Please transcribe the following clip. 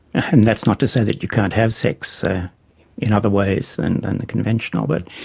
and that's not to say that you can't have sex in other ways and than the conventional, but